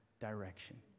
direction